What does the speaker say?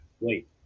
wait